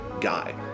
guy